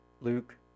Luke